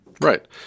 Right